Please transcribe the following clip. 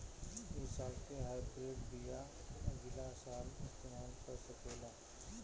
इ साल के हाइब्रिड बीया अगिला साल इस्तेमाल कर सकेला?